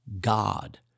God